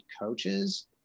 coaches